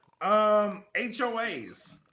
HOAs